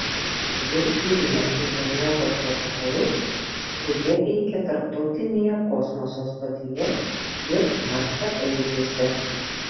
jau turime interneto protokolus kurie veikia tarptautinėje kosmoso stotyje ir marsaeigiuose